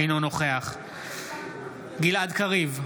אינו נוכח גלעד קריב,